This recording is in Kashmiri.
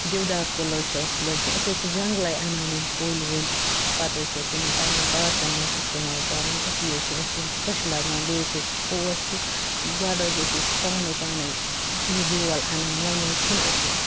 دِودار کُل حظ چھِ اَسہِ لٲگۍ مٕتۍ أسی حظ چھِ جنٛگلَے اَنان یِم کُلۍ وُلۍ پَتہٕ حظ چھِ اَسہِ یِمَن پنٛنٮ۪ن پارکَن منٛز استعمال کَران أتی حظ چھِ اَسہِ یِم خۄش لَگان بیٚیہِ حظ چھِ اَسہِ پوش تہِ گۄڈٕ حظ ٲسۍ أسۍ پانَے پانَے یہِ بیول اَنان وۄنۍ حظ چھِنہٕ أسۍ